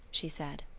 she said.